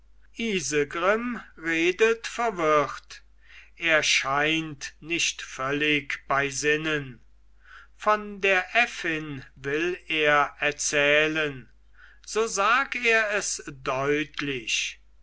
redet verwirrt er scheint nicht völlig bei sinnen von der äffin will er erzählen so sag er es deutlich